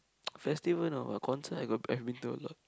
festival not a lot concert I got I've been to a lot